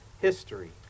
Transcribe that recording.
history